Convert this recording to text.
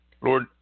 Lord